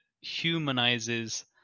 humanizes